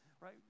right